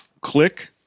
click